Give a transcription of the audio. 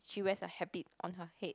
she wear a habit on her head